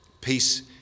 Peace